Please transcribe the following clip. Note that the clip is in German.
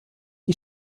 die